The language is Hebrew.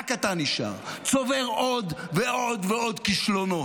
רק אתה נשאר, צובר עוד ועוד כישלונות,